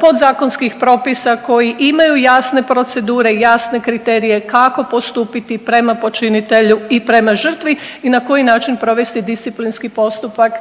podzakonskih propisa koji imaju jasne procedure, jasne kriterije kako postupiti prema počinitelju i prema žrtvi i na koji način provesti disciplinski postupak,